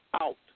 out